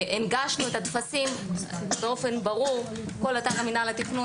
הגשנו את הטפסים באופן ברור כל אתר מינהל התכנון,